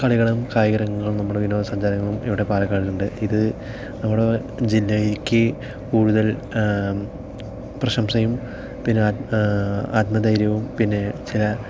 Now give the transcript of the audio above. കളികളും കായിക രംഗങ്ങളും നമ്മുടെ വിനോദസഞ്ചാരങ്ങളും ഇവിടെ പാലക്കാടുണ്ട് ഇത് നമ്മുടെ ജില്ലയ്ക്ക് കൂടുതൽ പ്രശംസയും പിന്നെ ആത്മധൈര്യവും പിന്നെ ചില